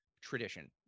tradition